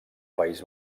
país